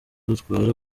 dutwara